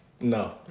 No